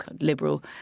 liberal